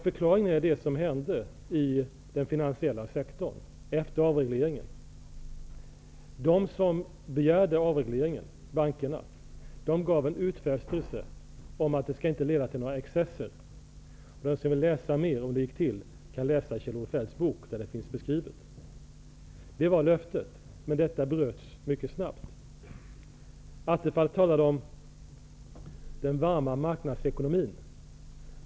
Förklaringen är det som hände i den finansiella sektorn efter avregleringen. De som begärde avregleringen, nämligen bankerna, gav en utfästelse om att det inte skulle leda till några excesser. Den som vill läsa mer om hur det gick till kan läsa Kjell-Olof Feldts bok där det finns beskrivet. Det var löftet, men det bröts mycket snabbt. Stefan Attefall talade om den varma marknadsekonomin.